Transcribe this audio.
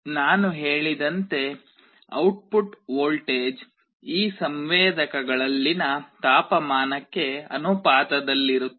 ನಾನು ಹೇಳಿದಂತೆ output voltage ಈ ಸಂವೇದಕಗಳಲ್ಲಿನ ತಾಪಮಾನಕ್ಕೆ ಅನುಪಾತದಲ್ಲಿರುತ್ತದೆ